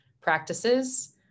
practices